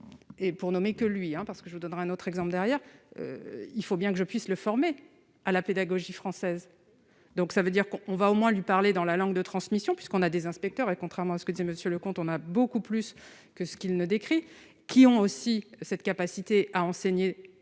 et pour nommer que lui, hein, parce que je vous donnerai un autre exemple, derrière, il faut bien que je puisse le formé à la pédagogie française, donc ça veut dire qu'on va au moins lui parler dans la langue de transmission puisqu'on a des inspecteurs et contrairement à ce que disait monsieur le on a beaucoup plus que ce qu'il ne décrit, qui ont aussi cette capacité à enseigner